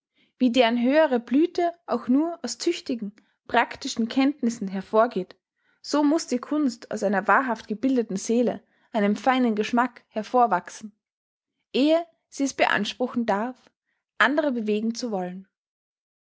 wie deren höhere blüthe auch nur aus tüchtigen praktischen kenntnissen hervorgeht so muß die kunst aus einer wahrhaft gebildeten seele einem feinen geschmack hervorwachsen ehe sie es beanspruchen darf andere bewegen zu wollen